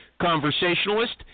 conversationalist